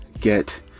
get